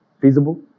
feasible